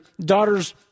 daughter's